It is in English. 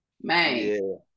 man